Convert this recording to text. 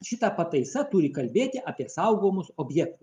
šita pataisa turi kalbėti apie saugomus objektus